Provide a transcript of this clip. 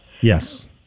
Yes